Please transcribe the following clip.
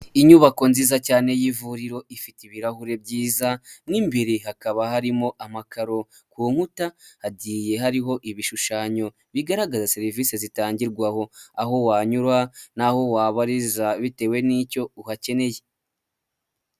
Inyubako nziza cyane y'ivuriro ifite ibirahure byiza mu imbere hakaba harimo amakaro, ku nkuta hagiye hariho ibishushanyo bigaragaza serivisi zitangirwaho, aho wanyura n'aho wabariza bitewe n'icyo uhakeneye.